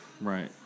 Right